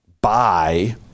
Buy